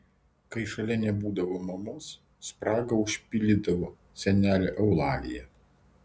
kai šalia nebūdavo mamos spragą užpildydavo senelė eulalija